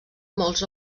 molts